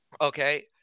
Okay